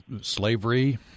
slavery